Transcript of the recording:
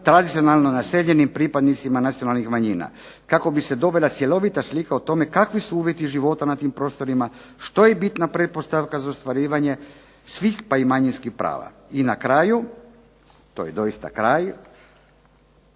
tradicionalno naseljenim pripadnicima nacionalnih manjina kako bi se dobila cjelovita slika o tome kakvi su uvjeti života na tim prostorima, što je bitna pretpostavka za ostvarivanje svih, pa i manjinskih prava. I na kraju, to je doista kraj,